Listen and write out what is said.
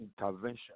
intervention